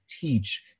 teach